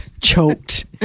Choked